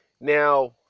Now